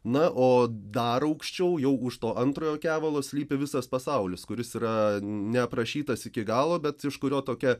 na o dar aukščiau jau už to antrojo kevalo slypi visas pasaulis kuris yra neaprašytas iki galo bet iš kurio tokia